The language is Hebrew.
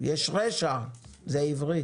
יש רשע זה עברית.